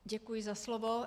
Děkuji za slovo.